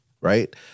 right